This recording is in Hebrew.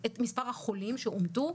את מספר החולים שאומתו,